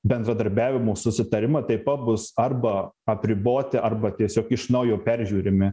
bendradarbiavimo susitarimai taip pat bus arba apriboti arba tiesiog iš naujo peržiūrimi